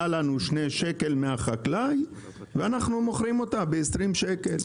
עלה לנו שני שקל מהחקלאי ואנחנו מוכרים אותה בעשרים שקל.